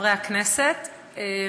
שגרתי.